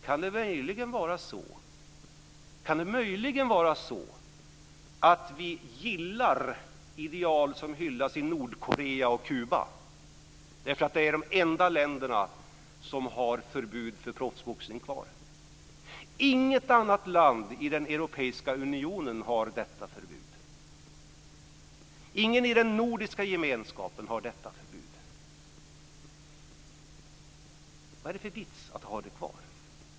Kan det möjligen vara så att vi gillar ideal som hyllas i Nordkorea och Kuba därför att de är de enda länderna som har kvar förbudet mot proffsboxning? Inget annat land i den europeiska unionen har detta förbud, inte heller något land i den nordiska gemenskapen. Vad är vitsen med att ha det kvar?